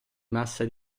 massa